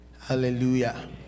hallelujah